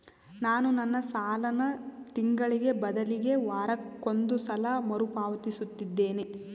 ನಾನು ನನ್ನ ಸಾಲನ ತಿಂಗಳಿಗೆ ಬದಲಿಗೆ ವಾರಕ್ಕೊಂದು ಸಲ ಮರುಪಾವತಿಸುತ್ತಿದ್ದೇನೆ